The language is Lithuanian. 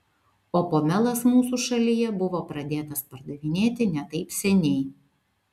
o pomelas mūsų šalyje buvo pradėtas pardavinėti ne taip seniai